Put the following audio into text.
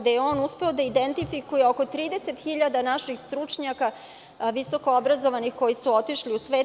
Tamo je on uspeo da identifikuje 30.000 naših stručnjaka, visokoobrazovanih, koji su otišli u svet.